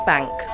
Bank